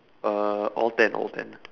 uh all ten all ten